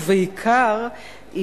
ובעיקר,